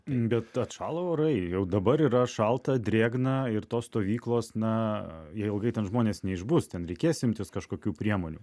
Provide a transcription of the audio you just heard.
bet atšalo orai jau dabar yra šalta drėgna ir tos stovyklos na jie ilgai ten žmonės neišbus ten reikės imtis kažkokių priemonių